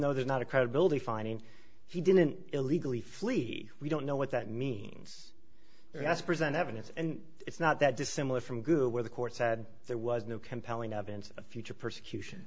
though there's not a credibility finding he didn't illegally flee we don't know what that means that's present evidence and it's not that dissimilar from google where the court said there was no compelling evidence of future persecution